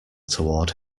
toward